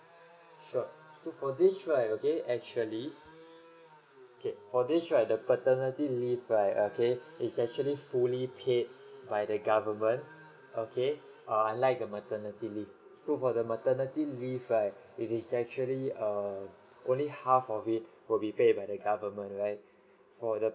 sure so for this right okay actually okay for this right the paternity leave right okay it's actually fully paid by the government okay err unlike the maternity leave so for the maternity leave right it is actually err only half of it will be paid by the government right for the